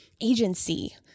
agency